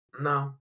No